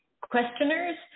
questioners